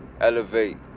elevate